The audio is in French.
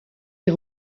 est